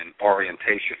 orientation